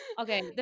okay